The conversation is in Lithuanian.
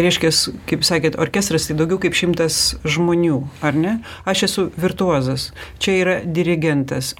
reiškias kaip sakėt orkestras tai daugiau kaip šimtas žmonių ar ne aš esu virtuozas čia yra dirigentas